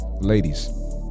Ladies